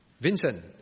Vincent